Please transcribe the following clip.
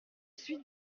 suis